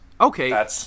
Okay